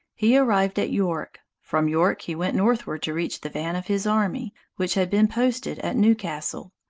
he arrived at york from york he went northward to reach the van of his army, which had been posted at newcastle,